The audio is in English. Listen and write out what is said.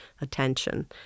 attention